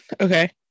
okay